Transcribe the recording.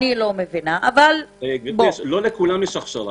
אבל בוא --- גברתי, לא לכולם יש הכשרה.